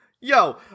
Yo